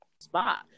spot